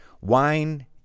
Wine